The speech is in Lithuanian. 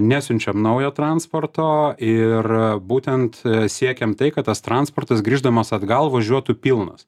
nesiunčiam naujo transporto ir būtent siekiant tai kad tas transportas grįždamas atgal važiuotų pilnas